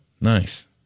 nice